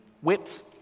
whipped